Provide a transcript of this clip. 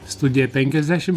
studiją penkiasdešim